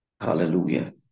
Hallelujah